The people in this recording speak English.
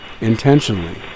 intentionally